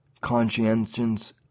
conscientious